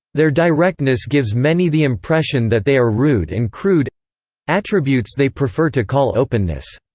their directness gives many the impression that they are rude and crude attributes they prefer to call openness.